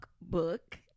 book